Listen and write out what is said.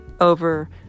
over